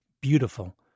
beautiful